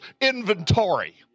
inventory